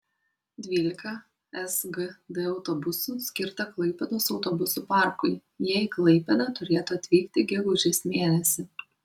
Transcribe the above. dvylika sgd autobusų skirta klaipėdos autobusų parkui jie į klaipėdą turėtų atvykti gegužės mėnesį